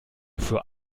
für